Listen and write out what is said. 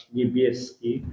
niebieski